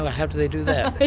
how did they do that? the